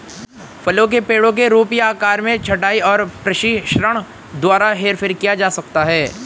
फलों के पेड़ों के रूप या आकार में छंटाई और प्रशिक्षण द्वारा हेरफेर किया जा सकता है